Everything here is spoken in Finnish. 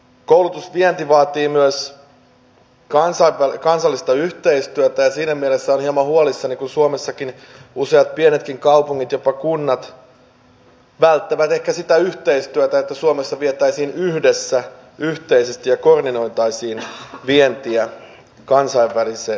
koulutusvienti vaatii myös kansallista yhteistyötä ja siinä mielessä olen hieman huolissani kun suomessakin useat pienetkin kaupungit jopa kunnat välttävät ehkä sitä yhteistyötä että suomesta sitä vietäisiin yhdessä yhteisesti ja koordinoitaisiin vientiä kansainväliseen toimintaan